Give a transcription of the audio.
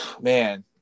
Man